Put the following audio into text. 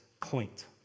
point